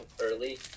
early